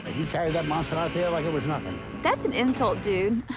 you carried that monster out there like it was nothing. that's an insult, dude,